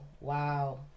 wow